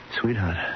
Sweetheart